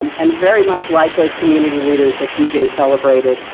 um and very much like those community leaders that t j. celebrated,